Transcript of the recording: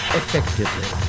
effectively